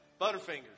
Butterfingers